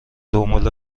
دنبال